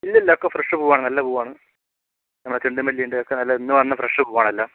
ഇല്ലില്ല ഒക്കെ നല്ല പൂവാണ് ഫ്രഷ് പൂവാണ് നമ്മടെ ചെണ്ടുമല്ലി ഉണ്ട് ഇന്ന് വന്ന ഫ്രഷ് പൂവാണ് എല്ലാം